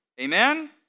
Amen